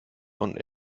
und